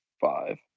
five